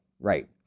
Right